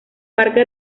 parque